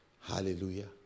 Hallelujah